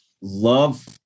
love